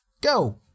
Go